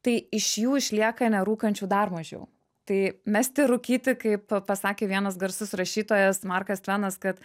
tai iš jų išlieka nerūkančių dar mažiau tai mesti rūkyti kaip pasakė vienas garsus rašytojas markas tvenas kad